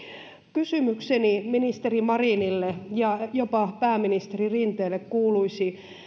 kysymykseni ministeri marinille ja jopa pääministeri rinteelle kuuluisi